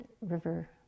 river